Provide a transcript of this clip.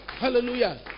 Hallelujah